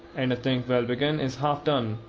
and a thing well begun is half done.